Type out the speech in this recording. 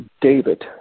David